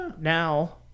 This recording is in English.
now